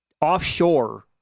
Offshore